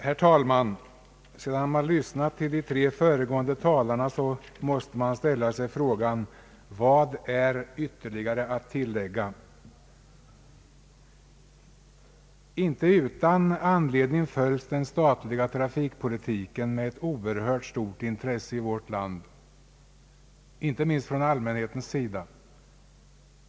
Herr talman! Sedan jag lyssnat till de tre föregående talarna måste jag ställa mig frågan: Vad är ytterligare att tilllägga? Inte utan anledning följs den statliga trafikpolitiken med oerhört stort intresse från allmänhetens sida.